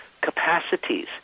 capacities